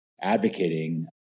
advocating